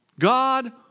God